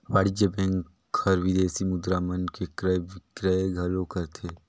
वाणिज्य बेंक हर विदेसी मुद्रा मन के क्रय बिक्रय घलो करथे